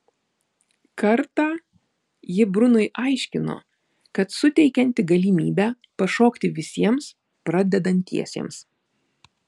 kartą ji brunui aiškino kad suteikianti galimybę pašokti visiems pradedantiesiems